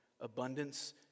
abundance